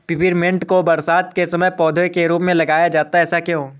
Peppermint को बरसात के समय पौधे के रूप में लगाया जाता है ऐसा क्यो?